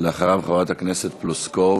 אחריו, חברת הכנסת פלוסקוב,